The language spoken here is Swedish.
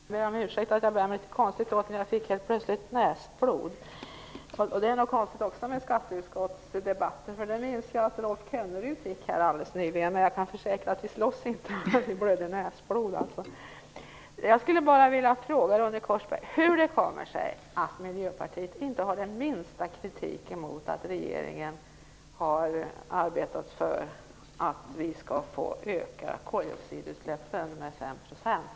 Herr talman! Jag ber om ursäkt att jag bär mig litet konstigt åt, men jag fick helt plötsligt näsblod. Det är något konstigt med den här skatteutskottsdebatten också, för det fick även Rolf Kenneryd här alldeles nyligen. Men jag kan försäkra att vi inte slåss så att vi blöder näsblod. Jag skulle bara vilja fråga Ronny Korsberg hur det kommer sig att Miljöpartiet inte har den minsta kritik mot att regeringen har arbetat för att vi skall få öka koldioxidutsläppen med 5 %.